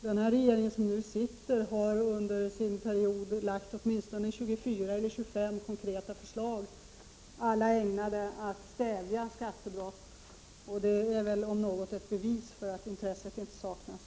Den sittande regeringen har under sin period lagt fram åtminstone 24 eller 25 konkreta förslag, alla ägnade att stävja skattebrott. Det är väl om något bevis på att intresse inte saknas.